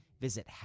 Visit